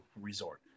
resort